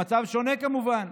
המצב שונה, כמובן,